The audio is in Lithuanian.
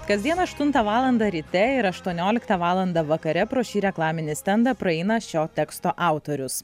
kasdien aštuntą valandą ryte ir aštuonioliktą valandą vakare pro šį reklaminį stendą praeina šio teksto autorius